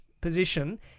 position